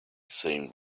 seemed